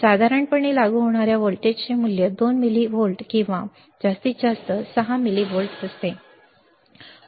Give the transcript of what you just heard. साधारणपणे लागू होणाऱ्या व्होल्टेजचे मूल्य 2 मिलिव्होल्ट आणि जास्तीत जास्त 6 मिलिवोल्ट असते